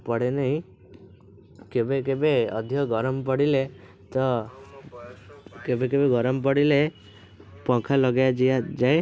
ପଡ଼େନି କେବେ କେବେ ଅଧିକ ଗରମ ପଡ଼ିଲେ ତ ତ କେବେ କେବେ ଗରମ ପଡ଼ିଲେ ପଙ୍ଖା ଲଗାଇଦିଆଯାଏ